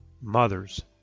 mothers